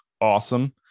awesome